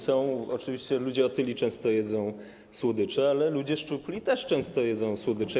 Są oczywiście ludzie otyli, często jedzą słodycze, ale ludzie szczupli też często jedzą słodycze.